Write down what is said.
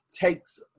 takes